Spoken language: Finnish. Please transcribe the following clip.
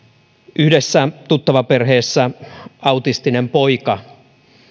yhdessä tuttavaperheessä autistinen poika